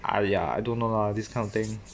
!aiya! I don't know lah this kind of thing